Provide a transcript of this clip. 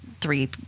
three